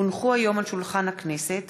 כי הונחו היום על שולחן הכנסת,